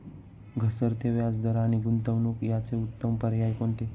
घसरते व्याजदर आणि गुंतवणूक याचे उत्तम पर्याय कोणते?